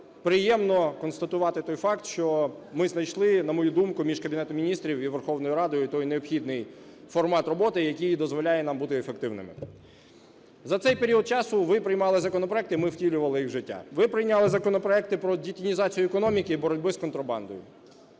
приємно констатувати той факт, що ми знайшли, на мою думку, між Кабінетом Міністрів і Верховною Радою той необхідний формат роботи, який дозволяє нам бути ефективними. За цей період часу ви приймали законопроекти – ми втілювали їх в життя. Ви прийняли законопроекти про детінізацію економіки і боротьбу з контрабандою,